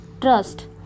Trust